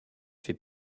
fait